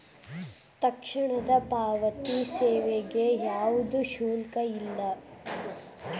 ತಕ್ಷಣದ ಪಾವತಿ ಸೇವೆಗೆ ಯಾವ್ದು ಶುಲ್ಕ ಇಲ್ಲ